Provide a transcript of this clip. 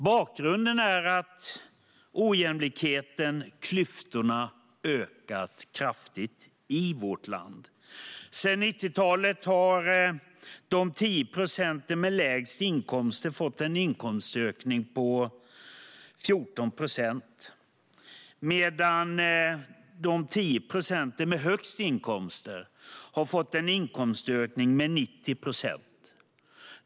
Bakgrunden är att ojämlikheten, klyftorna, har ökat kraftigt i vårt land. Sedan 90-talet har de 10 procenten med lägst inkomster fått en inkomstökning på 14 procent, medan de 10 procent som har de högsta inkomsterna har fått en inkomstökning med 90 procent.